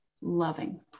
loving